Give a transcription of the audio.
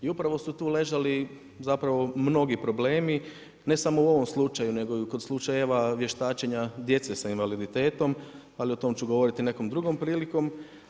I upravo su tu ležali zapravo mnogi problemi, ne samo u ovom slučaju, nego i kod slučajeva vještačenja djece sa invaliditetom, ali o tom ću govoriti nekom drugom prilikom.